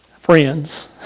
Friends